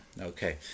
Okay